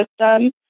system